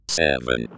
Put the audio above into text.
seven